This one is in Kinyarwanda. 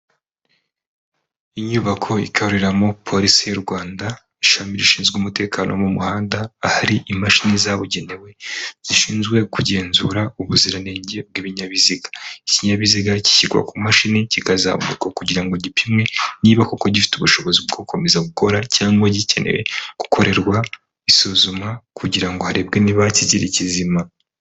Inyubako ikoreramo polisi y'u Rwanda, ishami rishinzwe umutekano wo mu muhanda, ahari imashini zabugenewe zishinzwe kugenzura ubuziranenge bw'ibinyabiziga, iki kinyabiziga gishyirwa ku mashini kikazamuka kugira ngo gipimwe niba koko gifite ubushobozi bwo gukomeza gukora cyangwa gikeneye gukorerwa isuzuma kugira ngo harebwe niba kikiri kizima.